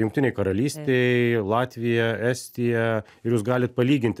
jungtinėj karalystėj latvija estija ir jūs galit palyginti